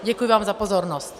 Děkuji vám za pozornost.